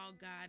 God